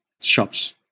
shops